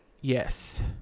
Yes